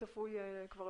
קודם כול,